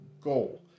goal